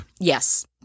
Yes